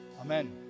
Amen